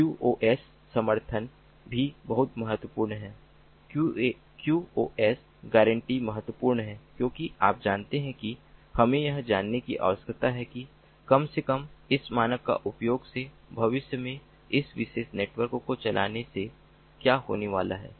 QoS समर्थन भी बहुत महत्वपूर्ण है क्यूओएस गारंटी महत्वपूर्ण हैं क्योंकि आप जानते हैं कि हमें यह जानने की आवश्यकता है कि कम से कम इस मानक का उपयोग से भविष्य में इस विशेष नेटवर्क को चलाने से क्या होने वाला है